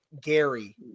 Gary